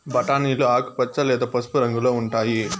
బఠానీలు ఆకుపచ్చ లేదా పసుపు రంగులో ఉంటాయి